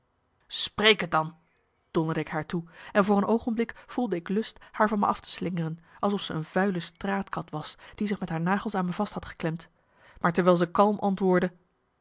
spreek t dan donderde ik haar toe en voor een oogenblik voelde ik lust haar van me af te slingeren alsof ze een vuile straatkat was die zich met haar nagels aan me vast had geklemd maar terwijl ze kalm antwoordde